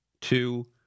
two